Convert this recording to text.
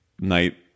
night